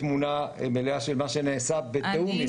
תמונה מלאה של מה שנעשה בתיאום עם משרדי הממשלה.